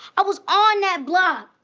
i was on that block.